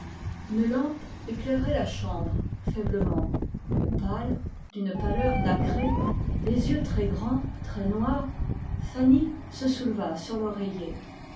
une lampe éclairait la chambre pâle d'une pâleur nacrée les yeux très grands très noirs fanny se souleva sur l'oreiller